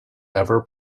ever